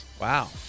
Wow